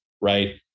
Right